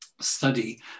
study